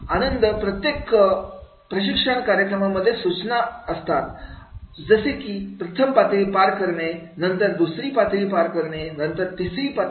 आनंद प्रत्येक प्रशिक्षण कार्यक्रमामध्ये सूचना असतात जसे की प्रथम पातळी पार करणे नंतर दुसरी पातळी पार करणे नंतर तिसरी पातळी